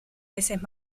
veces